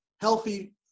healthy